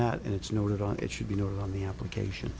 that and it's noted on it should be noted on the application